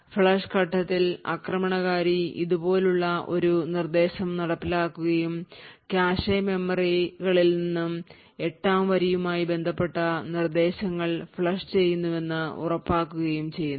flush ഘട്ടത്തിൽ ആക്രമണകാരി ഇതുപോലുള്ള ഒരു നിർദ്ദേശം നടപ്പിലാക്കുകയും കാഷെ മെമ്മറികളിൽ നിന്ന് 8 ാം വരിയുമായി ബന്ധപ്പെട്ട നിർദ്ദേശങ്ങൾ ഫ്ലഷ് ചെയ്യുന്നുവെന്ന് ഉറപ്പാക്കുകയും ചെയ്യുന്നു